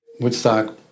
Woodstock